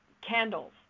candles